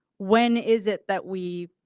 when is it that we